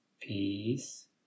peace